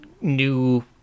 new